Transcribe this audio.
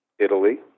Italy